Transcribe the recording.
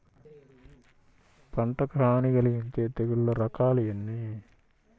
పంటకు హాని కలిగించే తెగుళ్ల రకాలు ఎన్ని?